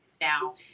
now